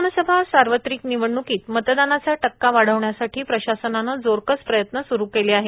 विधानसभा सार्वत्रिक निवडणूकीत मतदानाचा टक्का वाढविण्यासाठी प्रशासनाने जोरकस प्रयत्न स्रू केले आहे